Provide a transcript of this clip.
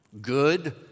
good